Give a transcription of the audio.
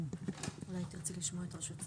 רשות שדות התעופה.